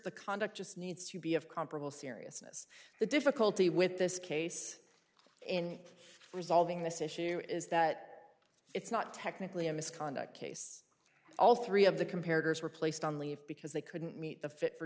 the conduct just needs to be of comparable seriousness the difficulty with this case in resolving this issue is that it's not technically a misconduct case all three of the compared were placed on leave because they couldn't meet the fit for